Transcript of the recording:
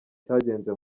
cyagenze